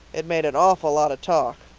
it made an awful lot of talk.